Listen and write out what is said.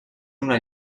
una